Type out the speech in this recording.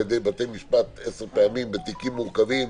ידי בתי המשפט עשר פעמים בתיקים מורכבים,